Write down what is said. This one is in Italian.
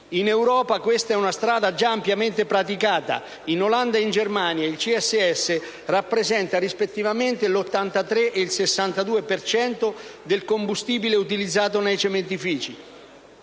In Europa questa è una strada già ampiamente praticata: in Olanda e in Germania il CSS rappresenta rispettivamente l'83 e il 62 per cento del combustibile utilizzato nei cementifici.